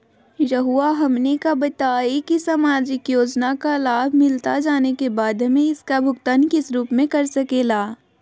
रहुआ हमने का बताएं की समाजिक योजना का लाभ मिलता जाने के बाद हमें इसका भुगतान किस रूप में कर सके ला?